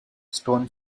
stone